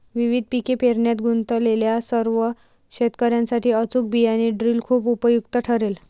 विविध पिके पेरण्यात गुंतलेल्या सर्व शेतकर्यांसाठी अचूक बियाणे ड्रिल खूप उपयुक्त ठरेल